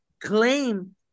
claim